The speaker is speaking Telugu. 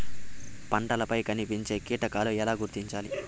పంటలపై కనిపించే కీటకాలు ఎలా గుర్తించాలి?